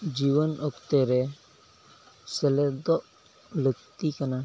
ᱡᱩᱣᱟᱹᱱ ᱚᱠᱛᱚᱨᱮ ᱥᱮᱞᱮᱫᱚᱜ ᱞᱟᱹᱠᱛᱤ ᱠᱟᱱᱟ